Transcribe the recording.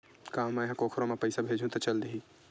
का मै ह कोखरो म पईसा भेजहु त चल देही?